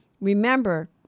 Remember